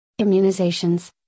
immunizations